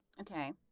Okay